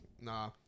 Nah